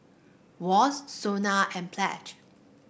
Wall's Sona and Pledge